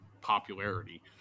popularity